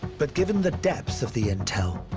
but given the depth of the intel,